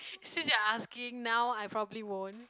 since you're asking now I probably won't